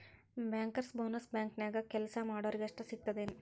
Bankers bonus ಬ್ಯಾಂಕ್ನ್ಯಾಗ್ ಕೆಲ್ಸಾ ಮಾಡೊರಿಗಷ್ಟ ಸಿಗ್ತದೇನ್?